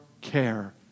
care